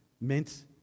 meant